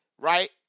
right